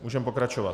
Můžeme pokračovat.